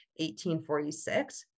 1846